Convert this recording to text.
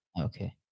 okay